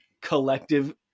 collective